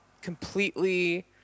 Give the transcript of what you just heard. completely